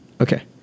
okay